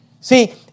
See